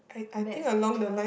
Maths teacher